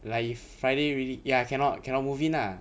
like if friday really ya cannot cannot move in lah